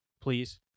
please